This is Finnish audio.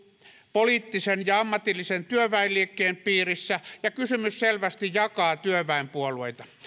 poliittisen ja ammatillisen työväenliikkeen piirissä ja kysymys selvästi jakaa työväenpuolueita